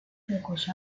pocos